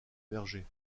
berger